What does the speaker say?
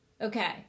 Okay